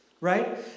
right